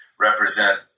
represent